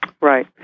Right